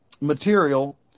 material